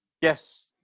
Yes